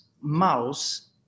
mouse